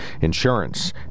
insurance